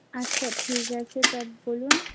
আচ্ছা ঠিক আছে তা বলুন